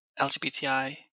LGBTI